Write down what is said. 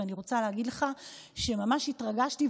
ואני רוצה להגיד לך שממש התרגשתי,